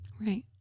Right